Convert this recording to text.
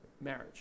marriage